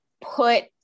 put